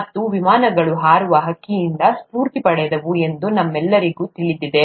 ಮತ್ತು ವಿಮಾನಗಳು ಹಾರುವ ಹಕ್ಕಿಯಿಂದ ಸ್ಫೂರ್ತಿ ಪಡೆದವು ಎಂದು ನಮಗೆಲ್ಲರಿಗೂ ತಿಳಿದಿದೆ